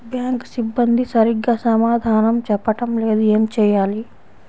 Bank సిబ్బంది సరిగ్గా సమాధానం చెప్పటం లేదు ఏం చెయ్యాలి?